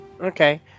Okay